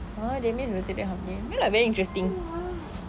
oh their maids will take them half day I mean like very interesting